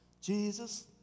Jesus